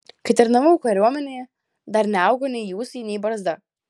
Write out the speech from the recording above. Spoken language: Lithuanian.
kai tarnavau kariuomenėje dar neaugo nei ūsai nei barzda